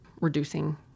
reducing